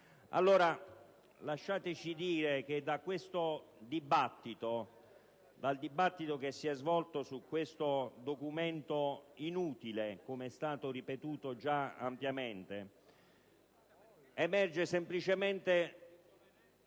dire, quindi, che dal dibattito che si è svolto su questo documento inutile - come è stato ripetuto già ampiamente - emerge semplicemente